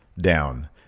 down